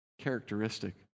characteristic